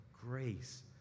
grace